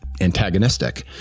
antagonistic